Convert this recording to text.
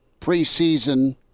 preseason